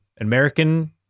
American